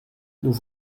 nous